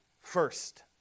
first